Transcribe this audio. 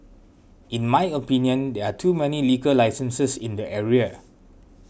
in my opinion there are too many liquor licenses in the area